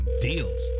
deals